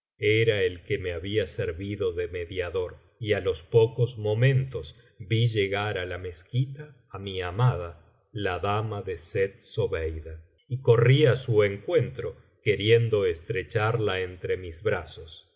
era el que me había servido de mediador y á los pocos momentos vi llegar á la mezquita á mi amada la dama de sett zobeida y corrí á su encuentro queriendo estrecharla entre mis brazos